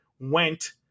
went